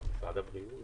משרד הבריאות.